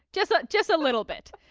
just, ah just a little bit.